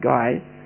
Guys